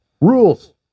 Rules